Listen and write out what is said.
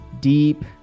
deep